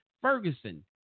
Ferguson